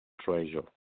treasure